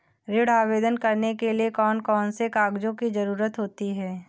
ऋण आवेदन करने के लिए कौन कौन से कागजों की जरूरत होती है?